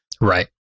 right